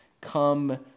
come